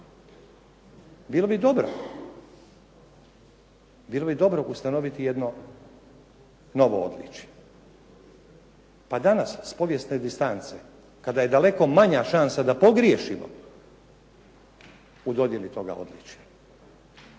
ponositi. Bilo bi dobro ustanoviti jedno novo odličje. Pa danas s povijesne distance kada je daleko manja šansa da pogriješimo u dodjeli toga odličja